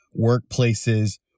workplaces